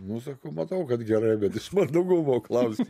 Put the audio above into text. nu sakau matau kad gerai bet iš mandagumo klausiu